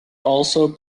also